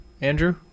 Andrew